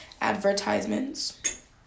Advertisements